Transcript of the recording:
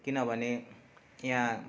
किन भने यहाँ